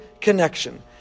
connection